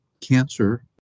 cancer